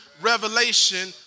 revelation